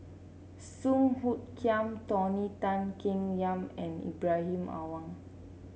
Song Hoot Kiam Tony Tan Keng Yam and Ibrahim Awang